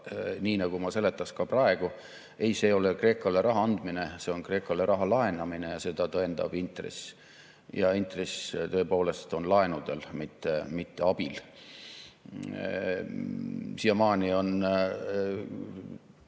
nii, nagu ma seletaksin ka praegu: ei, see ei ole Kreekale raha andmine, see on Kreekale raha laenamine ja seda tõendab intress. Ja intress tõepoolest on laenudel, mitte abil. Sotsiaalvõrgustikes